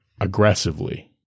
aggressively